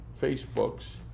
Facebooks